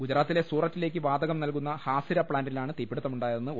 ഗുജറാത്തിലെ സൂററ്റിലേക്ക് വാതകം നൽകുന്ന ഹാസിര പ്ലാന്റിലാണ് തീപിടു ത്തമുണ്ടായതെന്ന് ഒ